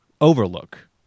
overlook